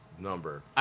number